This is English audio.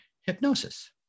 hypnosis